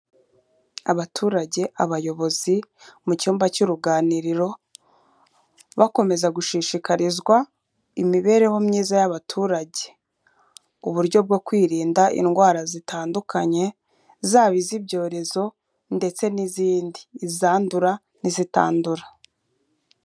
Abaturage, abayobozi mu cyumba cy'uruganiriro bakomeza gushishikarizwa imibereho myiza y'abaturage. Uburyo bwo kwirinda indwara zitandukanye zaba iz'ibyorezo ndetse n'izindi. Izandura n'izitandura.